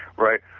right.